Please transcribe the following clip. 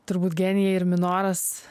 turbūt genijai ir minoras